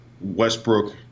Westbrook